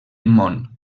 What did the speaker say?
món